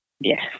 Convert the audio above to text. Yes